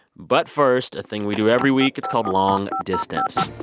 but first, a thing we do every week, it's called long distance